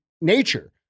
nature